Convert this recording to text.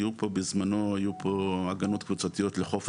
בזמנו היו פה הגנות קבוצתיות אחרות,